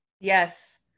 Yes